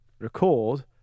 record